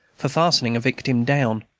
for fastening a victim down.